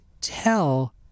tell